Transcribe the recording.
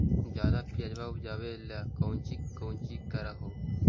ज्यादा प्यजबा उपजाबे ले कौची कौची कर हो?